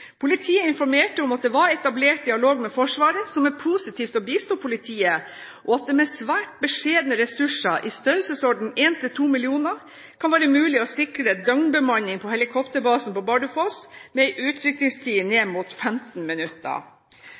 Politiet informerte om at det var etablert dialog med Forsvaret, som er positive til å bistå politiet, og at det med svært beskjedne ressurser i størrelsesorden 1–2 mill. kr kan være mulig å sikre døgnbemanning på helikopterbasen på Bardufoss med en utrykningstid på ned mot 15 minutter.